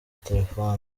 telefoni